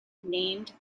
named